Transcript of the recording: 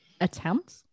attempt